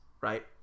right